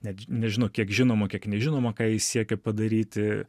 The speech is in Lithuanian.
net nežinau kiek žinoma kiek nežinoma ką jis siekia padaryti